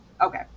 Okay